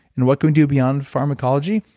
and what can we do beyond pharmacology?